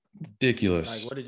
ridiculous